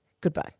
Goodbye